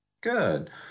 Good